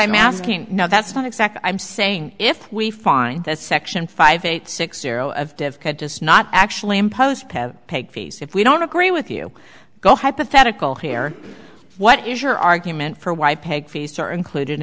i'm asking no that's not exact i'm saying if we find that section five six zero of just not actually impose pet pig fees if we don't agree with you go hypothetical here what is your argument for why peg fees are included